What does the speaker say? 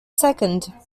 second